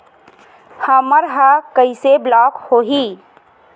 हमर ह कइसे ब्लॉक होही?